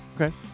Okay